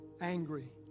angry